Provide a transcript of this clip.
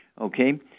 Okay